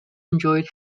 enjoyed